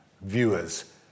viewers